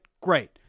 Great